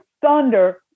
thunder